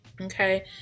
Okay